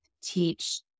teach